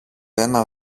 ένα